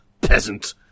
peasant